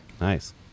nice